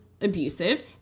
abusive